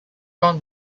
drawn